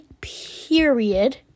period